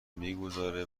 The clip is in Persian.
میگذاره